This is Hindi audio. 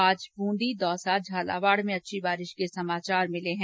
आज बूंदी दौसा और ज्ञालावाड़ में अच्छी बारिश के समाचार मिले हैं